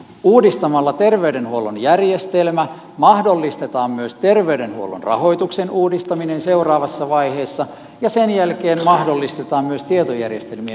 uudistamalla terveydenhuollon järjestelmä mahdollistetaan myös ter veydenhuollon rahoituksen uudistaminen seuraavassa vaiheessa ja sen jälkeen mahdollistetaan myös tietojärjestelmien uudistaminen